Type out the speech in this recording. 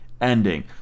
ending